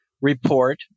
report